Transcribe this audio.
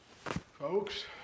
Folks